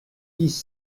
dix